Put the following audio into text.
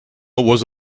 was